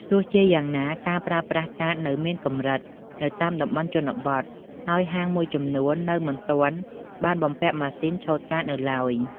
ទោះជាយ៉ាងណា ការប្រើប្រាស់កាតនៅមានកម្រិតនៅតាមតំបន់ជនបទ ហើយហាងមួយចំនួននៅមិនទាន់បានបំពាក់ម៉ាស៊ីនឆូតកាតនៅឡើយ។